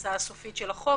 בגרסה הסופית של החוק.